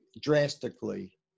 drastically